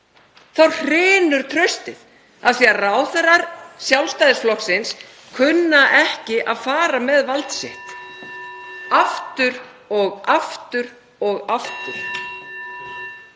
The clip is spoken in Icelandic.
Þá hrynur traustið af því að ráðherrar Sjálfstæðisflokksins kunna ekki að fara með vald sitt. (Forseti hringir.) Aftur og aftur